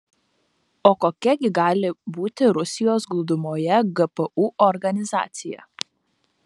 o kokia gi gali būti rusijos glūdumoje gpu organizacija